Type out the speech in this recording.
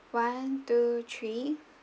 one two three